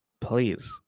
please